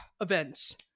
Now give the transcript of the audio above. events